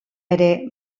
ere